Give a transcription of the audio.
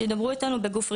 שידברו איתנו בגוף ראשון,